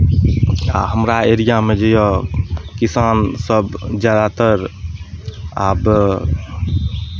आ हमरा एरिआमे जे यए किसानसभ ज्यादातर आब